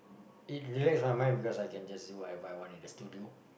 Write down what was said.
it relax my mind because I can just do whatever I want in the studio